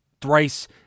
thrice